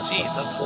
Jesus